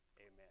Amen